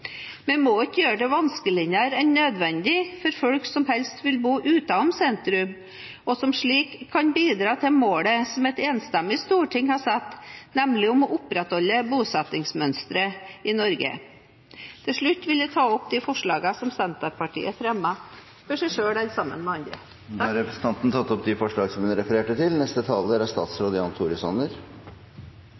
Vi må ikke gjøre det vanskeligere enn nødvendig for folk som helst vil bo utenfor sentrum, og som slik kan bidra til målet som et enstemmig storting har satt, nemlig å opprettholde bosettingsmønsteret i Norge. Til slutt vil jeg ta opp det forslaget som Senterpartiet har fremmet alene. Representanten Heidi Greni har tatt opp det forslaget hun refererte til. Det å ha en trygg bolig å bo i er